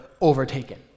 overtaken